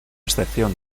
excepción